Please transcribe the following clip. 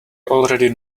already